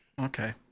Okay